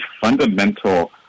fundamental